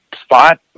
spot